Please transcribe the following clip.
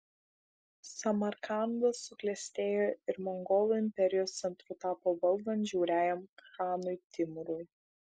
samarkandas suklestėjo ir mongolų imperijos centru tapo valdant žiauriajam chanui timūrui